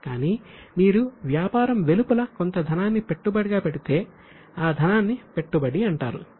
కానీ మీరు వ్యాపారం వెలుపల కొంత ధనాన్ని పెట్టుబడిగా పెడితే ఆ ధనాన్నిపెట్టుబడి అంటారు